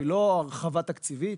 היא לא הרחבה תקציבית,